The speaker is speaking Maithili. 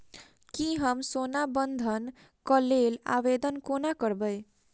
की हम सोना बंधन कऽ लेल आवेदन कोना करबै?